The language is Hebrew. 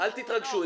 אל תתרגשו,